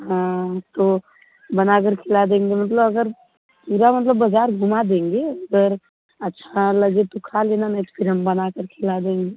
हाँ तो बना कर खिला देंगे मतलब अगर पूरा मतलब बाजार घुमा देंगे अगर अच्छा लगे तो खा लेना नहीं तो फिर हम बना कर खिला देंगे